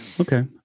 okay